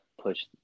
push